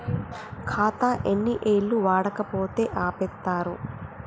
ఖాతా ఎన్ని ఏళ్లు వాడకపోతే ఆపేత్తరు?